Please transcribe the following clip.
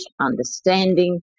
understanding